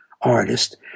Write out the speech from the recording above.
artist